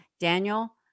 Daniel